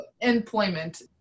Employment